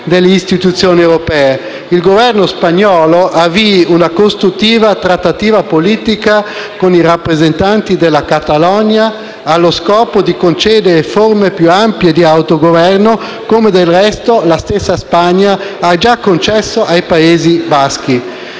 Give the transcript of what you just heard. il Governo spagnolo avvii una costruttiva trattativa politica con i rappresentanti della Catalogna allo scopo di concedere forme più ampie di autogoverno, come del resto la stessa Spagna ha già concesso ai Paesi baschi.